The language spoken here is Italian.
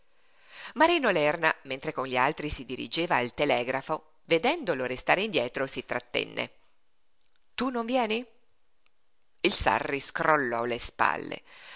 marino lerna mentre con gli altri si dirigeva al telegrafo vedendolo restare indietro si trattenne tu non vieni il sarri scrollò le spalle